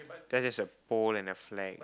that's just a pole and a flag